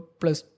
plus